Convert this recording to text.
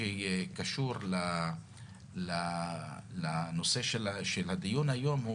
שקשור לנושא של הדיון היום,